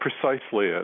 precisely